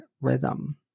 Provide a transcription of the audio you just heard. rhythm